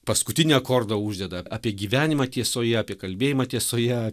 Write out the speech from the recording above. paskutinį akordą uždeda apie gyvenimą tiesoje apie kalbėjimą tiesoje